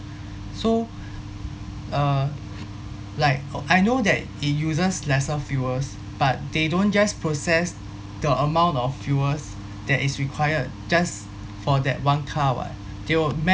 so uh like o~ I know that it uses lesser fuels but they don't just process the amount of fuels that is required just for that one car [what] they will